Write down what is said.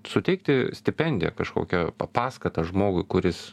suteikti stipendiją kažkokią paskatą žmogui kuris